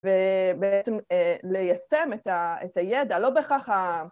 ובעצם ליישם את ה... את הידע, לא בהכרח ה...